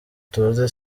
tuzi